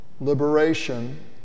liberation